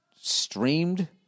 streamed